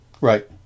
Right